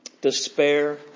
despair